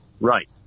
right